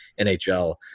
NHL